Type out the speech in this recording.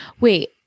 Wait